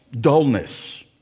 Dullness